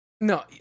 no